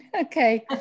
Okay